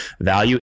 value